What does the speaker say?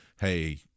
hey